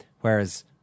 Whereas